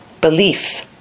Belief